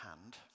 hand